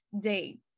day